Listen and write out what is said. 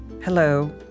Hello